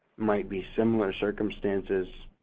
might be similar circumstances,